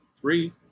Three